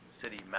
city